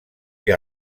que